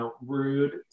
rude